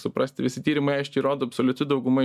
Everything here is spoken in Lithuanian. suprasti visi tyrimai aiškiai rodo absoliuti dauguma